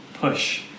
push